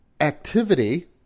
activity